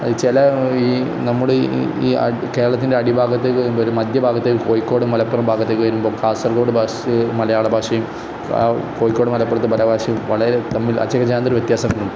അത് ചില ഈ നമ്മുടെ ഈ കേരളത്തിൻ്റെ അടിഭാഗത്തേക്ക് വരുമ്പോൾ ഒരു മധ്യഭാഗത്ത് കോഴിക്കോട് മലപ്പുറം ഭാഗത്തേക്ക് വരുമ്പോൾ കാസർകോഡ് മലയാള ഭാഷയും കോഴിക്കോട് മലപ്പുറത്തെ പല ഭാഷയും വളരെ തമ്മിൽ അജ ഗജാന്തര വ്യത്യാസമുണ്ട്